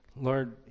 Lord